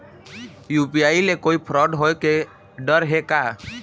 UPI ले कोई fraud होए के डर हे का?